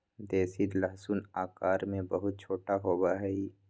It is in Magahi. देसी लहसुन आकार में बहुत छोटा होबा हई